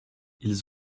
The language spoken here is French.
ils